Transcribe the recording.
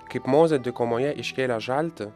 kaip mozė dykumoje iškėlė žaltį